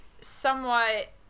somewhat